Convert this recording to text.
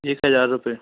एक हज़ार रुपए